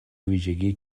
ویژگی